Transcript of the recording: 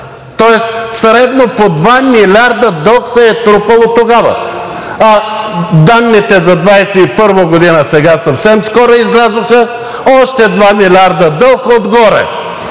Тоест средно по 2 милиарда дълг се е трупал тогава. А данните за 2021 г. сега съвсем скоро излязоха, още 2 милиарда дълг отгоре.